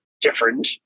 different